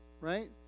right